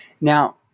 Now